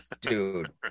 dude